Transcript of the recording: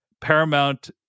Paramount